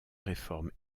réformes